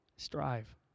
Strive